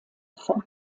von